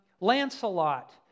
Lancelot